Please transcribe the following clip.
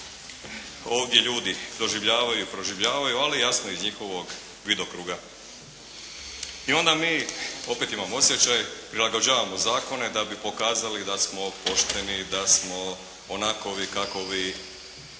ovdje ljudi doživljavaju, proživljavaju ali jasno iz njihovog vidokruga. I onda mi opet imam osjećaj prilagođavamo zakone da bi pokazali da smo pošteni, da smo onakovi kakovi,